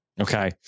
Okay